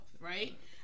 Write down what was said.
Right